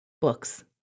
books